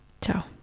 ciao